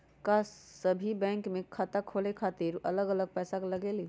का सभी बैंक में खाता खोले खातीर अलग अलग पैसा लगेलि?